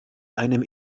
einem